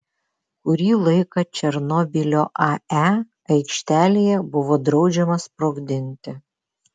kurį laiką černobylio ae aikštelėje buvo draudžiama sprogdinti